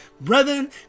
brethren